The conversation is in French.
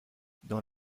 dans